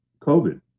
COVID